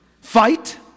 Fight